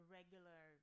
regular